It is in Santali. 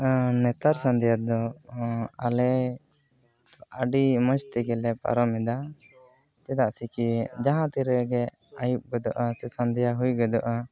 ᱱᱮᱛᱟᱨ ᱥᱟᱫᱮ ᱫᱚ ᱟᱞᱮ ᱟᱹᱰᱤ ᱢᱚᱡᱽ ᱛᱮᱜᱮᱞᱮ ᱯᱟᱨᱚᱢ ᱮᱫᱟ ᱪᱮᱫᱟᱜ ᱥᱮᱠᱤ ᱡᱟᱦᱟᱸ ᱛᱤᱨᱮᱜᱮ ᱟᱹᱭᱩᱵ ᱜᱚᱫᱚᱜᱼᱟ ᱥᱮ ᱥᱚᱱᱫᱷᱟ ᱦᱩᱭ ᱜᱚᱫᱚᱜᱼᱟ